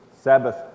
Sabbath